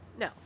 No